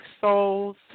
souls